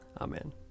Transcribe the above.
Amen